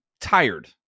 tired